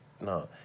no